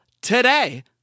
today